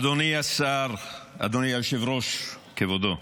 אדוני השר, אדוני היושב-ראש, כבודו.